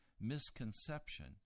misconception